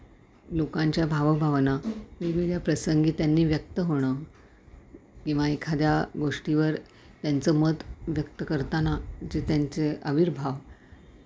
लोकांच्या भावभावना वेगवेगळ्या प्रसंगी त्यांनी व्यक्त होणं किंवा एखाद्या गोष्टीवर त्यांचं मत व्यक्त करताना जे त्यांचे आविर्भाव